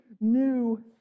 new